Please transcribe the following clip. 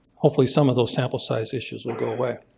hopefully some of those sample size issues will go away.